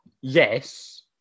yes